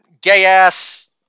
gay-ass